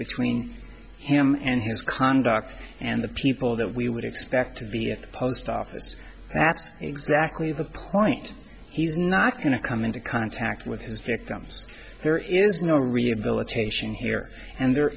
between him and his conduct and the people that we would expect to be at the post office that's exactly the point he's not going to come into contact with his victims there is no rehabilitation here and there